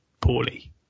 poorly